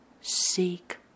seek